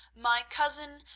my cousin,